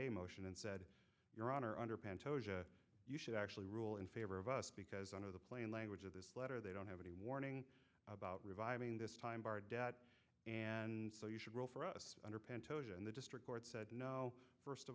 a motion and said your honor under panto's a you should actually rule in favor of us because under the plain language of this letter they don't have any warning about reviving this time our debt and so you should rule for us under pentodes and the district court said no first of